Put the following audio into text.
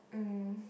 mm